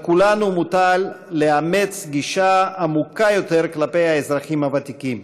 על כולנו מוטל לאמץ גישה עמוקה יותר כלפי האזרחים הוותיקים,